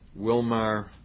Wilmar